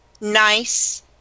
Nice